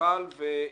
שקל והחליט.